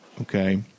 okay